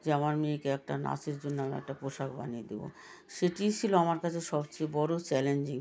যে আমার মেয়েকে একটা নাচের জন্য আমি একটা পোশাক বানিয়ে দেব সেটিই ছিল আমার কাছে সবচেয়ে বড় চ্যালেঞ্জিং